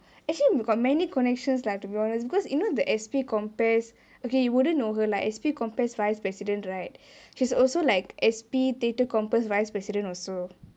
actually we got many connections lah to be honest because you know the S_P compass okay you wouldn't know her lah S_P compass vice president right she's also like S_P threatre compasss vice president also